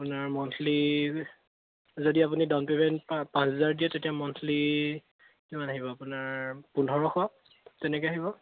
আপোনাৰ মন্থলি যদি আপুনি ডাউন পেমেণ্ট পাঁচ হাজাৰ দিয়ে তেতিয়া মন্থলি কিমান আহিব আপোনাৰ পোন্ধৰশ তেনেকৈ আহিব